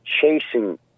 chasing